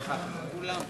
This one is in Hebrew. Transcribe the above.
הרווחה והבריאות